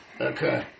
Okay